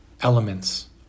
elements